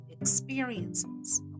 experiences